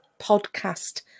podcast